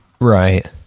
Right